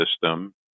system